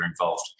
involved